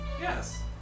Yes